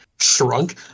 shrunk